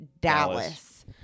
Dallas